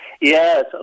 Yes